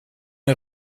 een